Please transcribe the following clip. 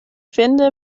finde